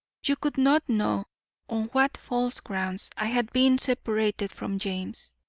you could not know on what false grounds i had been separated from james.